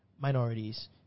minorities